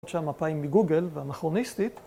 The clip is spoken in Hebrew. ‫עוד שהמפה היא מגוגל, ואנכרוניסטית...